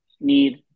need